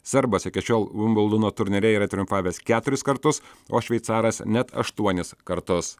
serbas iki šiol vibldono turnyre yra triumfavęs keturis kartus o šveicaras net aštuonis kartus